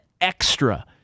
extra